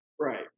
Right